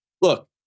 look